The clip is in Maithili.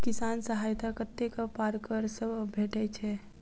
किसान सहायता कतेक पारकर सऽ भेटय छै?